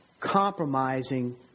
compromising